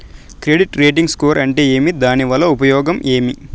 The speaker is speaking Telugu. క్రెడిట్ రేటింగ్ స్కోరు అంటే ఏమి దాని వల్ల ఉపయోగం ఏమి?